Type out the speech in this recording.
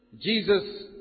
Jesus